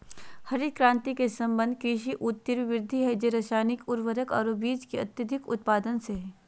हरित क्रांति के संबंध कृषि के ऊ तिब्र वृद्धि से हई रासायनिक उर्वरक आरो बीज के अत्यधिक उत्पादन से हई